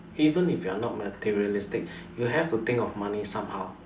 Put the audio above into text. even if you're not materialistic you have to think of money somehow